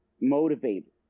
motivated